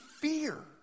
fear